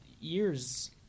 years